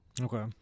Okay